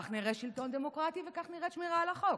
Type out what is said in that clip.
כך נראה שלטון דמוקרטי וכך נראית שמירה על החוק.